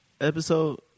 episode